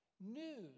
news